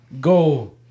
go